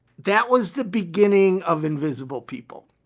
that was the beginning of invisible people.